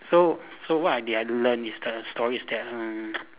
so so what I did I learnt is the the story is that err